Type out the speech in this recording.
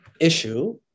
issue